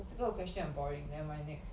这个 question 很 boring never mind next